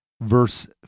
verse